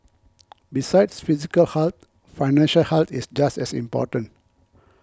besides physical health financial health is just as important